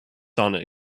sauna